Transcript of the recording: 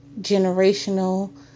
generational